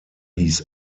hieß